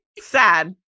Sad